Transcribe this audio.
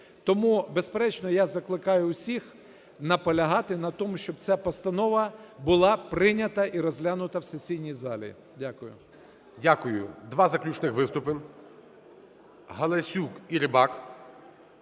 Тому, безперечно, я закликаю всіх наполягати на тому, щоб ця постанова була прийнята і розглянута в сесійній залі. Дякую. ГОЛОВУЮЧИЙ. Дякую. Два заключних виступи – Галасюк і Рибак.